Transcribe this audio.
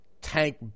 tank